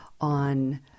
on